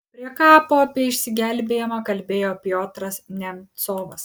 prie kapo apie išsigelbėjimą kalbėjo piotras nemcovas